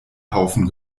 haufen